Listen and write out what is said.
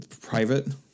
private